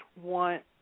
want